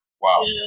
Wow